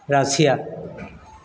Russia